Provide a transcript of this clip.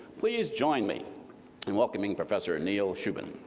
please join me in welcoming professor neil shubin.